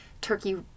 turkey